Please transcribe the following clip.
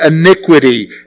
iniquity